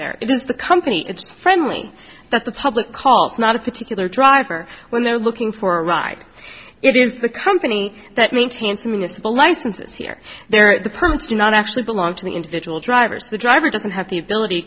there it is the company it's friendly that the public call not a particular driver when they're looking for a ride it is the company that maintains a municipal licenses here they're the permits do not actually belong to the individual drivers the driver doesn't have the ability